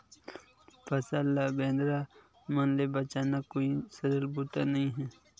फसल ल बेंदरा मन ले बचाना कोई सरल बूता नइ हे